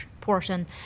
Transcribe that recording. portion